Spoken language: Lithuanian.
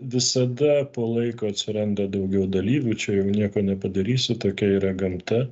visada po laiko atsiranda daugiau dalyvių čia jau nieko nepadarysi tokia yra gamta